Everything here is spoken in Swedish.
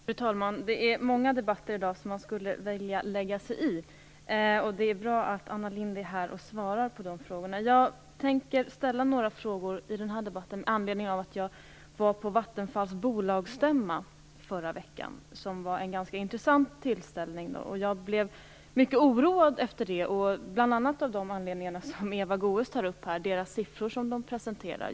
Fru talman! Det är många debatter i dag som man skulle vilja lägga sig i. Det är bra att Anna Lindh är här och svarar på frågor. Jag tänkte ställa några frågor i denna debatt med anledning av att jag var på Vattenfalls bolagsstämma förra veckan, som var en ganska intressant tillställning. Jag blev mycket oroad efter det, bl.a. av den anledning som Eva Goës här tar upp, dvs. de siffror det presenterar.